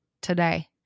today